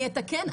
אני אתקן,